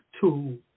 two